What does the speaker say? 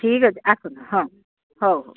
ଠିକ୍ ଅଛି ଆସନ୍ତୁ ହଁ ହଉ ହଉ